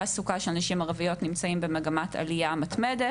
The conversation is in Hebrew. התעסוקה של נשים ערביות נמצאים במגמת עלייה מתמדת.